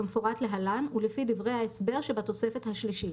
כמפורט להלן ולפי דברי ההסבר שבתוספת השלישית: